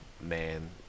Man